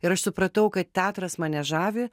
ir aš supratau kad teatras mane žavi